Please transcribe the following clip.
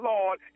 Lord